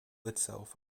itself